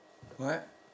what